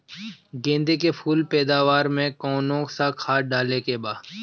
गेदे के फूल पैदवार मे काउन् सा खाद डाले के बा?